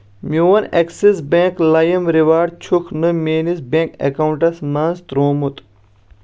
میون Axis bank لایِم reward چھُکھ نہٕ میٲنِس بینک اکاونٹَس منٛز ترٛوومُت